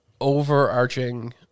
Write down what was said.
overarching